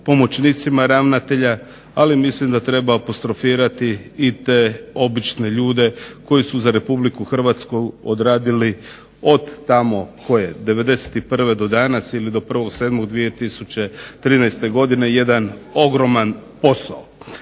pomoćnicima ravnateljima, ali mislim da treba apostrofirati i te obične ljude koji su za RH odradili od tamo koje '91. do danas ili do 1.07.2013. godine jedan ogroman posao.